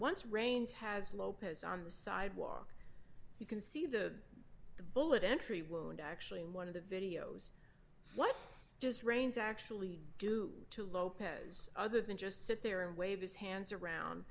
once rains has lopez on the sidewalk you can see the bullet entry wound actually in one of the videos what just ranes actually do to lopez other than just sit there and wave his hands around